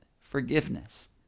forgiveness